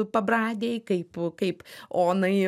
pabradėj kaip kaip onai